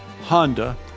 Honda